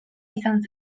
izan